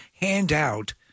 handout